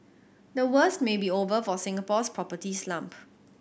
the worst may be over for Singapore's property slump